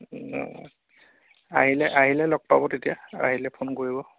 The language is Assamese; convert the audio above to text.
আহিলে আহিলে লগ পাব তেতিয়া আহিলে ফোন কৰিব